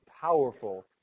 powerful